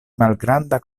malgranda